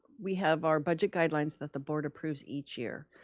we have our budget guidelines that the board approves each year.